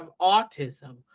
autism